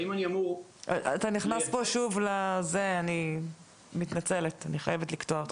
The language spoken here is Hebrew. אני מתנצלת, אני חייבת לקטוע אותך.